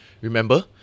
Remember